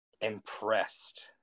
impressed